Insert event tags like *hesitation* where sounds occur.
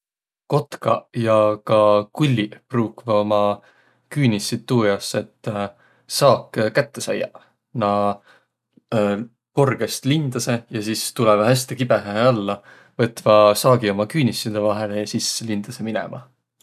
Kotkaq ja ka kulliq pruukvaq uma küünissit tuujaos, et *hesitation* saak kätte saiaq. Na korgõst lindasõq ja sis tulõvaq häste kibõhõhe alla, võtvaq saagi uma küünisside vahele ja sis lindasõq minemä.